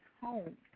home